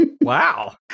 wow